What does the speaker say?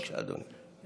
בבקשה, אדוני.